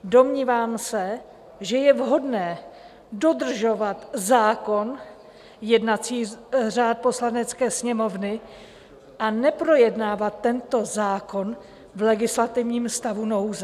Domnívám se, že je vhodné dodržovat zákon, jednací řád Poslanecké sněmovny, a neprojednávat tento zákon v legislativním stavu nouze.